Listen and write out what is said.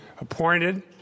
appointed